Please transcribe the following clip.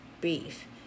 beef